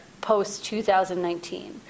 post-2019